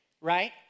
right